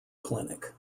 clinic